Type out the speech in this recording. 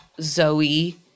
Zoe